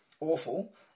awful